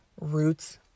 roots